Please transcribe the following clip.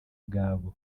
bwabo